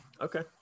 okay